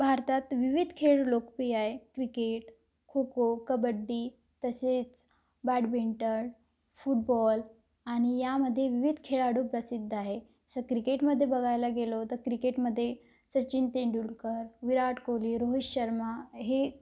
भारतात विविध खेळ लोकप्रिय आहे क्रिकेट खो खो कबड्डी तसेच बॅडमिंटण फुटबॉल आणि यामध्ये विविध खेळाडू प्रसिद्ध आहे असं क्रिकेटमध्ये बघायला गेलो तर क्रिकेटमध्ये सचिन तेंडुलकर विराट कोहली रोहित शर्मा हे